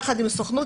יחד עם הסוכנות,